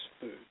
food